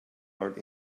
art